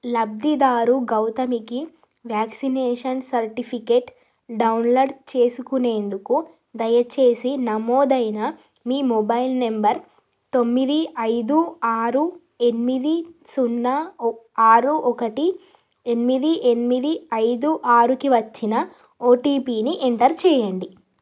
లబ్ధిదారు గౌతమికి vaccination certificate download చేసుకునేందుకు దయచేసి నమోదైన మీ మొబైల్ నంబర్ తొమ్మిది ఐదు ఆరు ఎనిమిది సున్నా ఆరు ఒకటి ఎనిమిది ఎనిమిది ఐదు ఆరుకి వచ్చిన ఓటీపీని ఎంటర్ చెయ్యండి